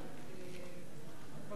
בבקשה,